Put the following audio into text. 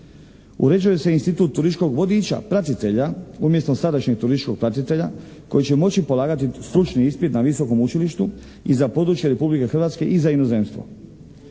Uređuje se i institut turističkog vodiča pratitelja umjesto sadašnjeg turističkog pratitelja koji će moći polagati stručni ispit na visokom učilištu i za područje Republike Hrvatske i za inozemstvo.